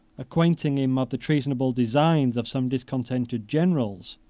acquainting him of the treasonable designs of some discontented generals,